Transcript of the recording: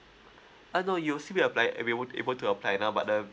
uh no you still be applied we won't able to apply now but uh